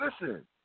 Listen